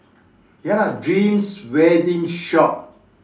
ya dreams wedding shop